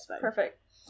perfect